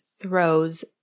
throws